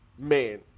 man